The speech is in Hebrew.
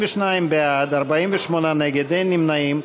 62 בעד, 48 נגד, אין נמנעים.